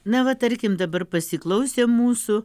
na va tarkim dabar pasiklausėm mūsų